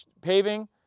Paving